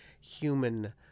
human